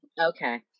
Okay